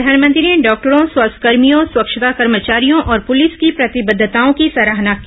प्रधानमंत्री ने डॉक्टरों स्वास्थ्य कर्भियों स्वच्छता कर्मचारियों और पुलिस की प्रतिबद्धताओं की सराहना की